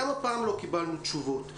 גם הפעם לא קיבלנו תשובות,